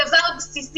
מה זה הדבר הזה?